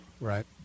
Right